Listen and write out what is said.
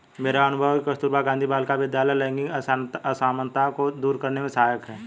मेरा अनुभव है कि कस्तूरबा गांधी बालिका विद्यालय लैंगिक असमानता को दूर करने में सहायक है